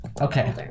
Okay